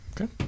Okay